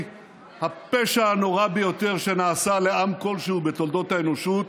הפשע הנורא ביותר שנעשה לעם כלשהו בתולדות האנושות.